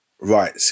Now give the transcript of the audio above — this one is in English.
right